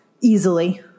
easily